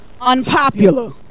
unpopular